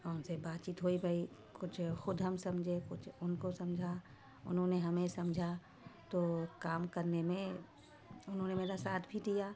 اور ان سے بات چیت ہوئی بھئی کچھ خود ہم سمجھے کچھ ان کو سمجھا انہوں نے ہمیں سمجھا تو کام کرنے میں انہوں نے میرا ساتھ بھی دیا